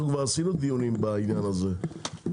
אנחנו כבר עשינו דיונים בעניין הזה,